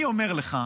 אני אומר לך,